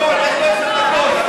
יש לו עשר דקות.